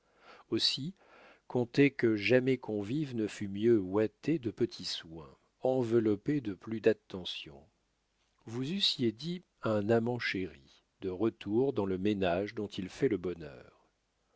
aussi comptez que jamais convive ne fut mieux ouaté de petits soins enveloppé de plus d'attentions vous eussiez dit un amant chéri de retour dans le ménage dont il fait le bonheur